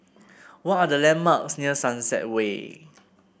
what are the landmarks near Sunset Way